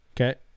Okay